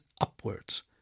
upwards